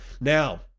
Now